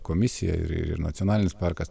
komisija ir ir nacionalinis parkas